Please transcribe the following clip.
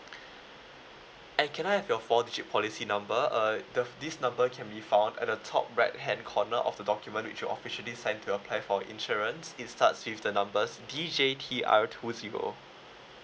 and can I have your four digit policy number uh the this number can be found at the top right hand corner of the document which you officially signed to apply for insurance it starts with the numbers D J T R two zero